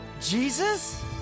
Jesus